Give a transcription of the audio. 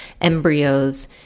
embryos